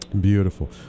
Beautiful